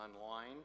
online